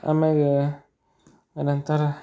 ಆಮ್ಯಾಗ ಏನಂತಾರೆ